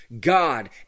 God